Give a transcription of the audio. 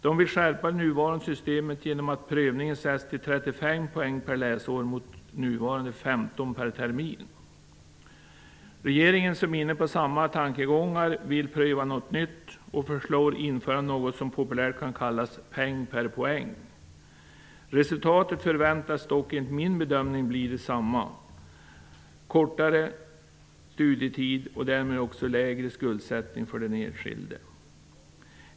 De vill skärpa det nuvarande systemet genom att prövningen skall göras vid 35 Regeringen, som är inne på samma tankegångar, vill pröva något nytt och föreslår införande av något som populärt kallas ''Peng per poäng''. Enligt min bedömning kan resultatet dock förväntas bli detsamma, nämligen kortare studietid och därmed också lägre skuldsättning för den enskilde.